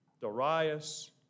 Darius